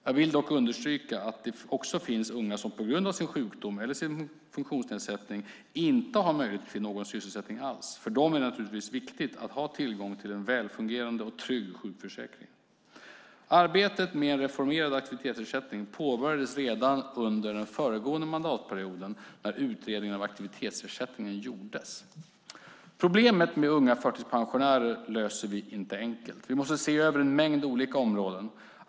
Jag vill dock understryka att det också finns unga som på grund av sin sjukdom eller funktionsnedsättning inte har möjlighet till någon sysselsättning alls. För dem är det naturligtvis viktigt att ha tillgång till en välfungerande och trygg sjukförsäkring. Arbetet med en reformerad aktivitetsersättning påbörjades redan under den föregående mandatperioden, när utredningen om aktivitetsersättningen gjordes. Problemet med unga förtidspensionärer löser vi inte enkelt. Vi måste se över en mängd olika områden.